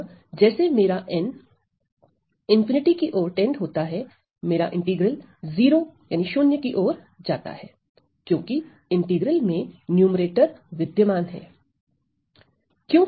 अतः जैसे मेरा n इंटीग्रल क्योंकि इंटीग्रल में न्यूमैरेटर विद्यमान है